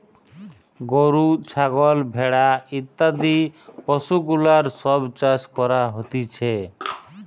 গরু, ছাগল, ভেড়া ইত্যাদি পশুগুলার সব চাষ করা হতিছে